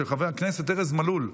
של חבר הכנסת ארז מלול,